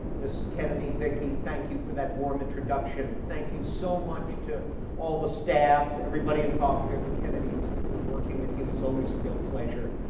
mrs. kennedy, vicki, thank you for that warm introduction. thank you so much to all the staff, everybody involved here at the kennedy institute. working with you is always a real pleasure.